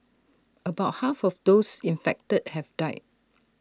about half of those infected have died